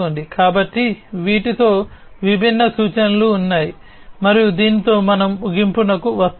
కాబట్టి వీటితో విభిన్న సూచనలు ఉన్నాయి మరియు దీనితో మనం ముగింపుకు వస్తాము